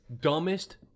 dumbest